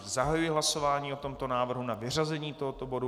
Zahajuji hlasování o tomto návrhu na vyřazení tohoto bodu.